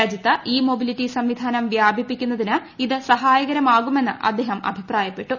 രാജ്യത്ത് e mobility സംവിധാനം വ്യാപിപ്പിക്കുന്നതിന് ഇത് സഹായകരമാകുമെന്ന് അദ്ദേഹം അഭിപ്രായപ്പെട്ടു